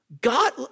God